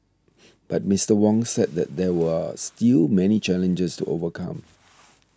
but Mister Wong said that there are still many challenges to overcome